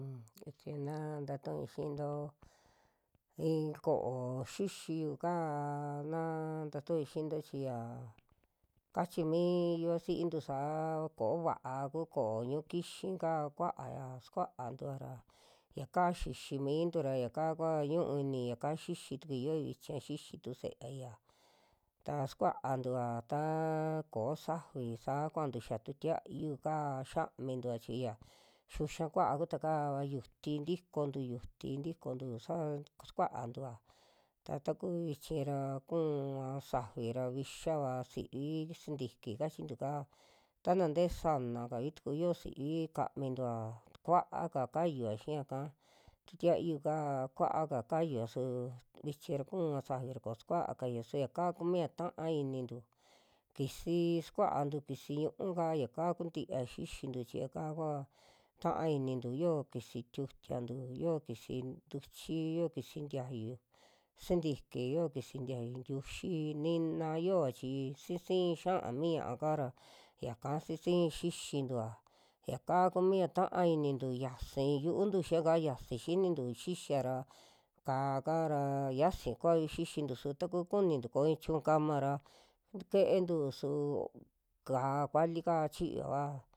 Un vichi na tatu'ui xiinto i'in ko'ó xixiyu kaa naa ntatui xiinto chi yaa kachi mii yuvasintu saa ko'ó vaa ku ko'ó ñu'u kixi ka kua'aya sukuantua ra yaka xixi mintu ra yaka kua ñuu iini, yaka xixi tukui yioi chi ya xixi tu se'eaia, ta sukuantua taa ko'o safi saa kuantu xaa tu tiayu'ka xamintua chi ya xuxa kua'a ku tuakaa, yuti tikontu yuti, yuti tikontu sa sukuantua ta takuu vichi raa kuuva safi ra vixavaa sivi ti sintiki kachintu kaa, tana ntee sana kavituku yio sivi ka'amintua, tu kua'aka kayiua xii yaka tu tiayu kaa, kua'aka kayua su vichi ra kuuva safi ra koo sakua kaia su yaka kumia ta'a inintu, kisii sukuantu kisi ñu'ú kaa, yaka kuntia xixintu chi yaka kua ta'a inintu, yo'o kisi tiutiantu, yo'o kisi ntuchi, yo'o kisi ntiayu sintiki, yo'o kisi ntiayu ntiuxi nina yooa chi si'si xia'a mi ña'aka ra, yaka si'si xixintua yaka kumia ta'a inintu yiasi yu'untu xiaka, yiasi xinintu xixia ra ka'á ka ra xiasi kuai xixintu su taku kunintu koo i'i chiñu kama ra tke'entu su ka'á kuvali ka chiyoa.